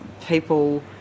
people